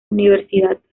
universidad